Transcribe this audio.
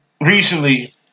recently